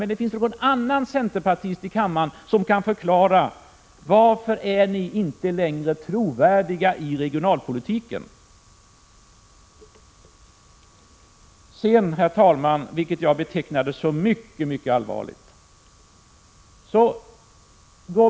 Men det finns kanske någon annan centerpartist i kammaren som kan förklara varför ni inte längre är trovärdiga i regionalpolitiken. Prot. 1986/87:128 Sedan, herr talman, något som jag betecknar som mycket allvarligt.